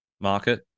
market